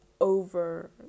over